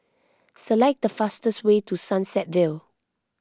select the fastest way to Sunset Vale